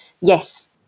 yes